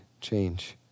change